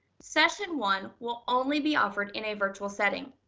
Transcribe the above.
session one, will only be offered in a virtual setting.